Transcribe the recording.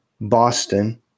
Boston